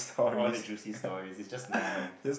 all the juicy stories it's just normal